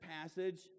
passage